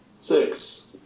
Six